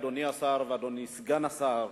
אדוני השר ואדוני סגן השר,